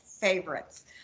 favorites